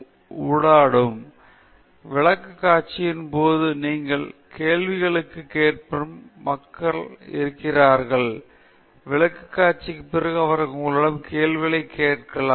இது பொதுவாக மிகவும் ஊடாடும் விளக்கக்காட்சியின் போது நீங்கள் கேள்விகளைக் கேட்கும் நபர்கள் இருக்கிறார்கள் விளக்கக்காட்சிக்குப் பிறகு அவர்கள் உங்களிடம் கேள்விகளைக் கேட்கலாம்